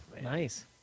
nice